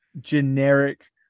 generic